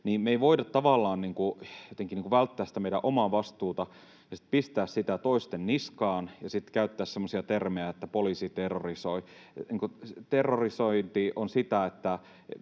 niin me ei voida tavallaan välttää sitä meidän omaa vastuutamme ja sitten pistää sitä toisten niskaan ja käyttää semmoisia termejä, että ”poliisi terrorisoi”. Terrorisointi on sitä,